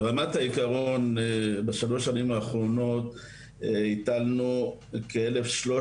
ברמת העקרון בשלוש שנים האחרונות היטלנו כאלף שלוש